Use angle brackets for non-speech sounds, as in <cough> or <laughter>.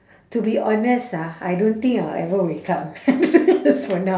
to be honest ah I don't think I'll ever wake up <laughs> that's for now